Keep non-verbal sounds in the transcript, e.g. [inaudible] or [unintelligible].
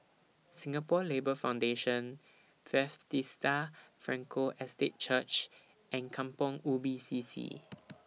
Singapore Labour Foundation [unintelligible] Frankel Estate Church and Kampong Ubi C C